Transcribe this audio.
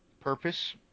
Purpose